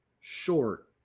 short